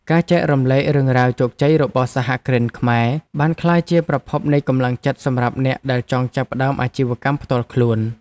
ការចែករំលែករឿងរ៉ាវជោគជ័យរបស់សហគ្រិនខ្មែរបានក្លាយជាប្រភពនៃកម្លាំងចិត្តសម្រាប់អ្នកដែលចង់ចាប់ផ្តើមអាជីវកម្មផ្ទាល់ខ្លួន។